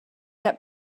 that